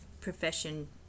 profession